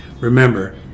Remember